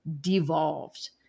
devolved